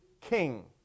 king